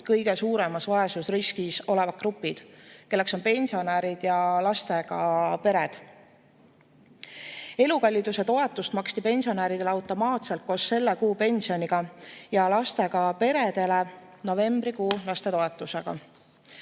kõige suuremas vaesusriskis olevad grupid, kelleks on pensionärid ja lastega pered. Elukalliduse toetust maksti pensionäridele automaatselt koos selle kuu pensioniga ja lastega peredele koos novembrikuu lapsetoetusega.